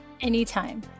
Anytime